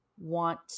want